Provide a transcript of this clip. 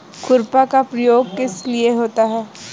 खुरपा का प्रयोग किस लिए होता है?